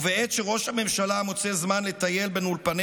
ובעת שראש הממשלה מוצא זמן לטייל בין אולפני